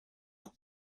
out